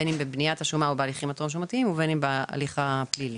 בין אם בבניית השומה או בהליכים הטרום שומתיים ובין אם בהליך הפלילי.